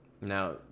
Now